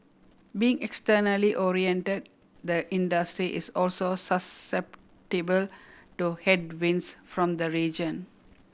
being externally oriented the industry is also susceptible to headwinds from the region